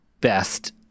best